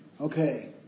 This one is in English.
Okay